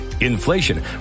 inflation